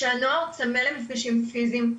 שהנוער צמא למפגשים פיזיים,